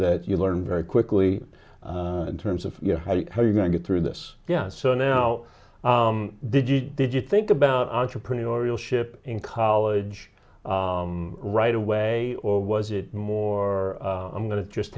that you learn very quickly in terms of you know how do you how are you going to get through this yeah so now did you did you think about entrepreneurial ship in college right away or was it more i'm going to just